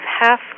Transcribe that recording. half